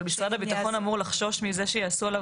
אבל משרד הביטחון אמור לחשוש מזה שיעשו עליו